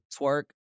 twerk